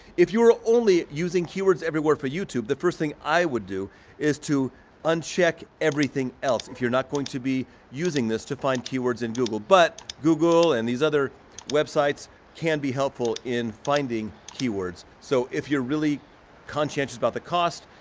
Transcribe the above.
if you're only using keywords everywhere for youtube, the first thing i would do is to uncheck everything else if you're not going to be using this to find keywords in google, but google and these other websites can be helpful in finding keywords. so if you're really conscientious about the cost,